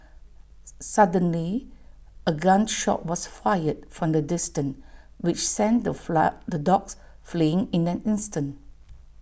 suddenly A gun shot was fired from A distance which sent the flag the dogs fleeing in an instant